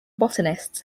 botanists